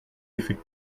effet